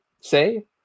say